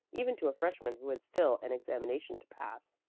even to a freshman who had still an examination to pass.